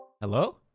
Hello